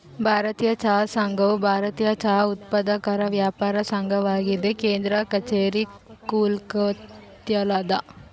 ಭಾರತೀಯ ಚಹಾ ಸಂಘವು ಭಾರತೀಯ ಚಹಾ ಉತ್ಪಾದಕರ ವ್ಯಾಪಾರ ಸಂಘವಾಗಿದೆ ಕೇಂದ್ರ ಕಛೇರಿ ಕೋಲ್ಕತ್ತಾದಲ್ಯಾದ